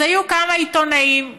אז היו כמה עיתונאים שאמרו: